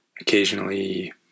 occasionally